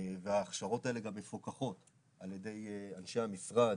וההכשרות האלה גם מפוקחות על ידי אנשי המשרד